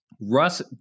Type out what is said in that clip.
Russ